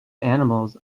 animals